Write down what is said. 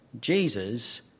Jesus